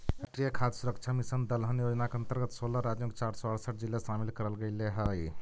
राष्ट्रीय खाद्य सुरक्षा मिशन दलहन योजना के अंतर्गत सोलह राज्यों के चार सौ अरसठ जिले शामिल करल गईल हई